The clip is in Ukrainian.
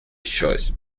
щось